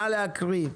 נא להקריא.